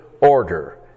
order